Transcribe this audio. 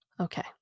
Okay